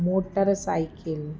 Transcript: motor cycle